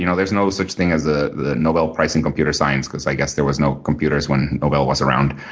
you know there's no such thing as ah the nobel prize in computer science because i guess there was no computers when nobel was around.